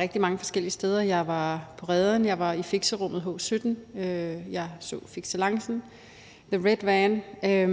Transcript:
rigtig mange forskellige steder. Jeg var på Reden, jeg var i fixerummet H17, jeg så Fixelancen, The Red Van, jeg